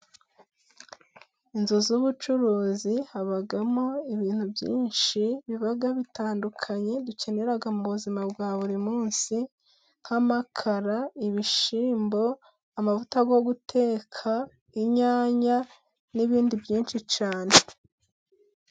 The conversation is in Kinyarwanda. Inzu z'ubucuruzi habamo ibintu byinshi biba bitandukanye dukeneraga mu buzima bwa buri munsi nk'amakara, ibishyimbo ,amavuta yo guteka, inyanya n'ibindi byinshi cyane.